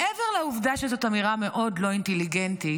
מעבר לעובדה שזאת אמירה מאוד לא אינטליגנטית,